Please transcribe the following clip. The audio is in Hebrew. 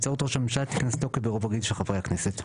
נבצרות ראש הממשלה תיכנס לתוקף ברוב רגיל של חברי הכנסת'.